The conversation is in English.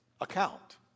account